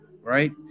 right